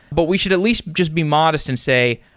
but we should at least just be modest and say,